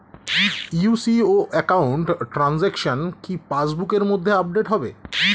UCO account transaction কি পাস বুকের মধ্যে আপডেট হবে?